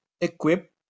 equip